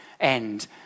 end